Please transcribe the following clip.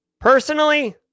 personally